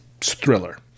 thriller